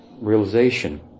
realization